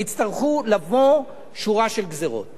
תצטרך לבוא שורה של גזירות